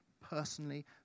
personally